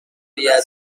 بیادبی